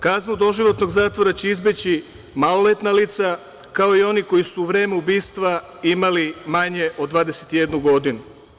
Kaznu doživotnog zatvora će izbeći maloletna lica, kao i oni koji su u vreme ubistva imali manje od 21 godinu.